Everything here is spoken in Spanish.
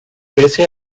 pese